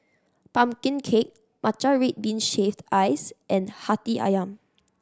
pumpkin cake matcha red bean shaved ice and Hati Ayam